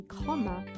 comma